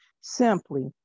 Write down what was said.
Simply